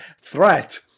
threat